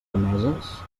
emeses